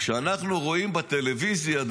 כשאנחנו רואים בטלוויזיה,